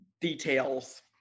details